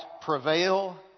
prevail